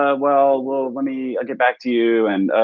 ah well well let me get back to you and.